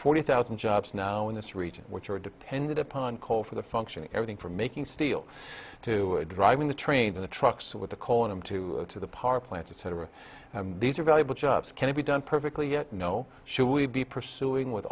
forty thousand jobs now in this region which are dependent upon coal for the function everything from making steel to driving the train the trucks with the coal in him to to the power plants etc these are valuable jobs can be done perfectly yet know should we be pursuing with